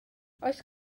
oes